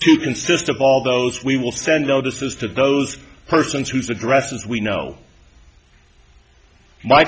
to consist of all those we will send notices to those persons whose addresses we know my